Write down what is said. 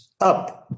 up